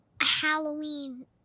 Halloween